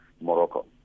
Morocco